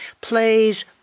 plays